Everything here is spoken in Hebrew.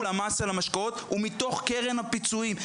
המס על המשקאות הוא מתוך קרן הפיצויים.